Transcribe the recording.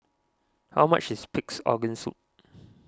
how much is Pig's Organ Soup